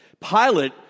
Pilate